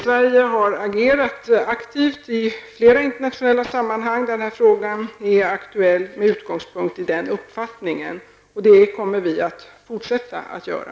Sverige har agerat aktivt i flera internationella sammanhang där den här frågan är aktuell med utgångspunkt i den uppfattningen. Det kommer vi att fortsätta göra.